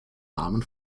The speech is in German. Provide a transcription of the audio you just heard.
namen